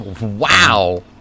Wow